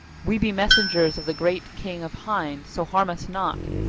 we be messengers of the great king of hind, so harm us not!